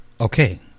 Okay